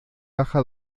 baja